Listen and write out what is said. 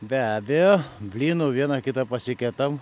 be abejo blynų vieną kitą pasikepam